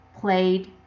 played